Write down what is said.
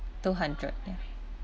two hundred ya